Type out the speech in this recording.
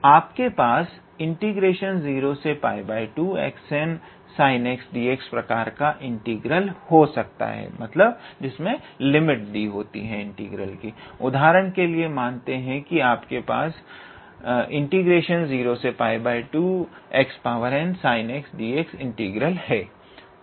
आपके पास 0π2xnsinxdx प्रकार का इंटीग्रल हो सकता है उदाहरण के लिए मानते हैं कि आपके पास 0π2xnsinxdx इंटीग्रल है